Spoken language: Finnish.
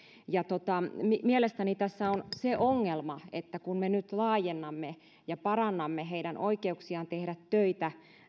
mielestäni tässä on se ongelma että kun me nyt laajennamme ja parannamme heidän oikeuksiaan tehdä töitä